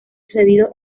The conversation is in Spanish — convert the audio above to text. sucedido